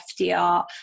FDR